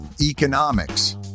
economics